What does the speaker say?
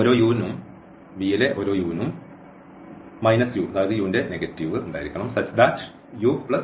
ഓരോ u∈V നും V ലെ ഒരു വെക്റ്റർ u u ന്റെ നെഗറ്റീവ് s